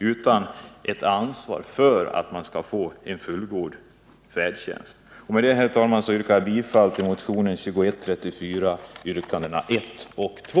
Med detta, herr talman, yrkar jag bifall till motionen 2134, yrkandena 1 och på